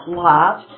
lot